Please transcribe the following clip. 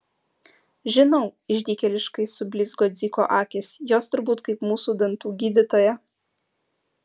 žinau išdykėliškai sublizgo dziko akys jos turbūt kaip mūsų dantų gydytoja